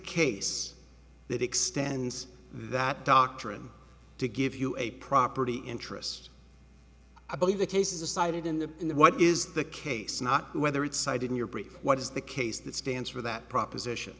case that extends that doctrine to give you a property interest i believe the case is decided in the in the what is the case not whether it's cited in your brief what is the case that stands for that proposition